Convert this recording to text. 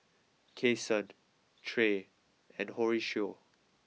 Kason Tre and Horacio